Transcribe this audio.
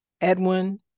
Edwin